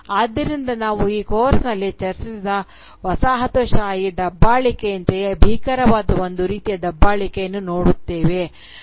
ಆದ್ದರಿಂದ ನಾವು ಈ ಕೋರ್ಸ್ನಲ್ಲಿ ಚರ್ಚಿಸಿದ ವಸಾಹತುಶಾಹಿ ದಬ್ಬಾಳಿಕೆಯಂತೆಯೇ ಭೀಕರವಾದ ಒಂದು ರೀತಿಯ ದಬ್ಬಾಳಿಕೆಯನ್ನು ನೋಡುತ್ತೇವೆ